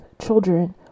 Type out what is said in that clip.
children